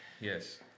Yes